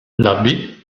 l’abbé